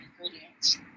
ingredients